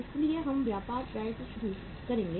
इसलिए हम व्यापार प्राप्य से शुरू करेंगे